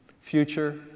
Future